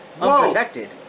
unprotected